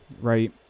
right